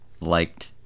Liked